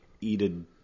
Eated